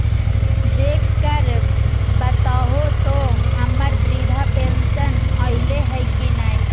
देख कर बताहो तो, हम्मर बृद्धा पेंसन आयले है की नय?